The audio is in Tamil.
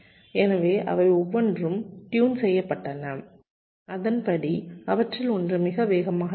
எனவே அவை ஒவ்வொன்றும் டியூன் செய்யப்பட்டன அதன்படி அவற்றில் ஒன்று மிக வேகமாக இருக்கும்